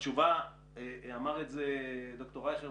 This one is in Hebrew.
התשובה, אמר את זה ד"ר רייכר בזהירות,